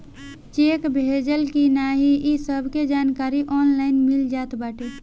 check भजल की नाही इ सबके जानकारी ऑनलाइन मिल जात बाटे